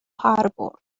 harbor